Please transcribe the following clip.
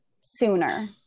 sooner